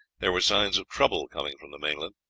there were signs of trouble coming from the mainland.